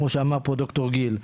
כמו שאמר פה ד"ר גיל.